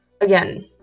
Again